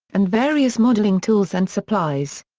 and various modeling tools and supplies.